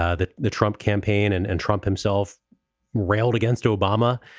ah that the trump campaign and and trump himself railed against obama.